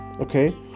Okay